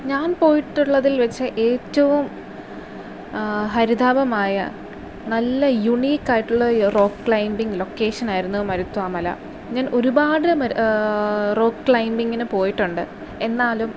ഞാൻ പോയിട്ടുള്ളതിൽ വച്ച് ഏറ്റവും ഹരിതാഭമായ നല്ല യൂണിക് ആയിട്ടുള്ള റോക്ക് ക്ലൈമ്പിങ്ങ് ലൊക്കേഷൻ ആയിരുന്നു മരുത്വ മല ഞാൻ ഒരുപാട് മ റോക്ക് ക്ലൈമ്പിങ്ങിനു പോയിട്ടുണ്ട് എന്നാലും